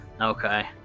Okay